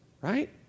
Right